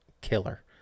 killer